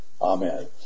Amen